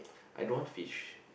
I don't want fish